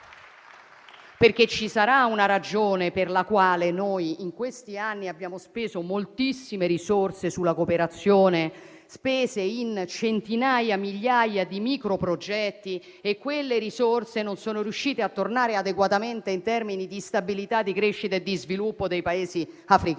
Ci sarà una ragione per la quale noi, in questi anni, abbiamo speso moltissime risorse per la cooperazione, in centinaia o in migliaia di microprogetti, e quelle risorse non sono riuscite a rendere adeguatamente in termini di stabilità, di crescita e di sviluppo dei Paesi africani.